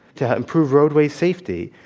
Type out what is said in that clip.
to improve roadway safety,